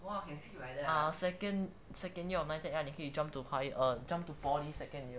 ah second second year of NITEC ya 你可以 jumped to poly second year